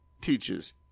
teaches